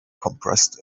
compressed